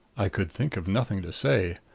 i could think of nothing to say.